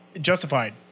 Justified